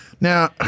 Now